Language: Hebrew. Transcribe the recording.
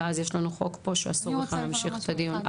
ואז על פי תקנון הכנסת אסור לנו בכלל להמשיך את הדיון.